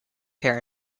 pair